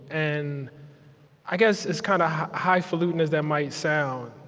and i guess as kind of highfalutin as that might sound